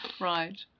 Right